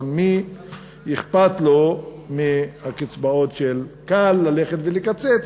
אבל מי אכפת לו מהקצבאות, קל ללכת ולקצץ שם.